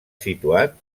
situat